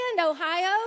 Ohio